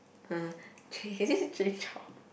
(uh huh) J isn't it Jay-Chou